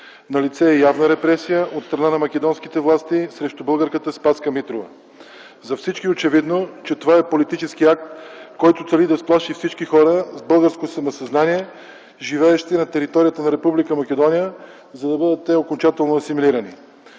Налице е явна репресия от страна на македонските власти срещу българката Спаска Митрова. За всички е очевидно, че това е политически акт, който цели да сплаши всички хора с българско самосъзнание, живеещи на територията на Република Македония, за да бъдат те окончателно асимилирани.